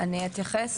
אנחנו מעריכים